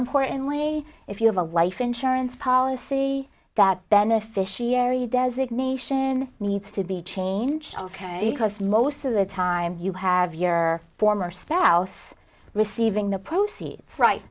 importantly if you have a life insurance policy that beneficiary designation needs to be changed ok because most of the time you have your former spouse receiving the proceeds right